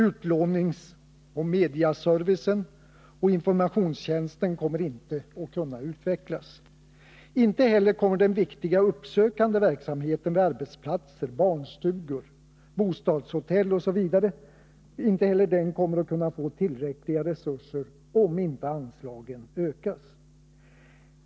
Utlåningsoch mediaservice samt informationstjänst kommer inte att kunna utvecklas. Inte heller den viktiga uppsökande verksamheten vid arbetsplatser, barnstugor, bostadshotell osv. kommer att kunna få tillräckliga resurser om inte anslagen ökas.